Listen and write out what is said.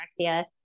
anorexia